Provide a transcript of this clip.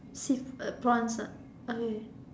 upon lah okay